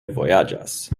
vojaĝas